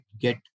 get